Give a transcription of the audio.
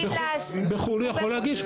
בחו"ל הוא יכול להגיש.